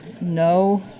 no